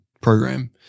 program